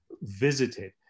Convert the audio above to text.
visited